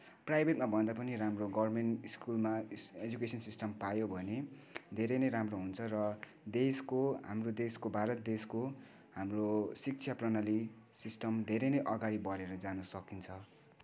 प्राइभेटमाभन्दा पनि गभर्मेन्ट स्कुलमा education system पायो भने धेरै नै राम्रो हुन्छ र देशको हाम्रो देशको भारत देशको हाम्रो शिक्षा प्रणाली सिस्टम धेरै नै अघाडि बढेर जान सकिन्छ